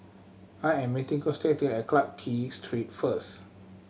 I am meeting Constantine at Clarke Street first